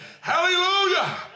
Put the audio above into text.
hallelujah